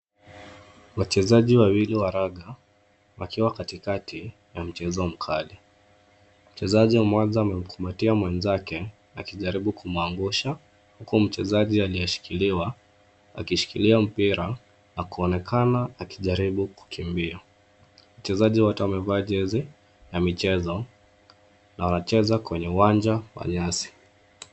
Wachezaji wawili wa raga wakiwa katikati ya mchezo mkali. Mchezaji mmoja amemkumbatia mwenzake akijaribu kumwangusha, huku mchezaji aliyeshikiliwa akishikilia mpira akionekana akijaribu kukimbia. Wachezaji wote wamevaa jezi ya michezo na wacheza kwenye uwanja wa nyasi.